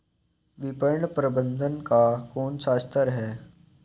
विपणन प्रबंधन का कौन सा स्तर है?